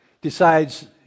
decides